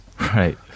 Right